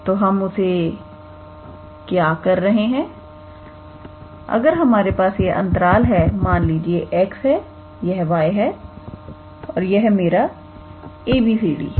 तो हम उसे क्या कर रहे हैं अगर हमारे पास यह अंतराल है मान लीजिए यह x है यह y है और यह मेरा abcd है